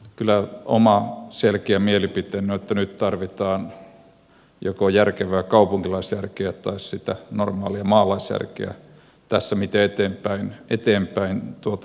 kyllä oma selkeä mielipiteeni on että nyt tarvitaan joko järkevää kaupunkilaisjärkeä tai sitä normaalia maalaisjärkeä tässä miten eteenpäin mennään